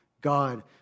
God